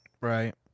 Right